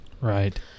Right